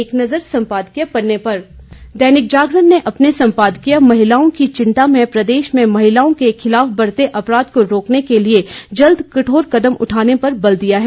एक नज़र सम्पादकीय पन्ने पर दैनिक जागरण ने अपने संपादकीय महिलाओं की चिंता में प्रदेश में महिलाओं के खिलाफ बढ़ते अपराध को रोकने के लिए जल्द कठोर कदम उठाने पर बल दिया है